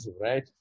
right